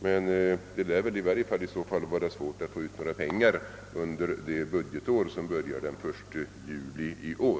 Men då lär det väl vara svårt att i varje fall få ut några pengar under det budgetår som börjar den 1 juli i år.